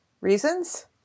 reasons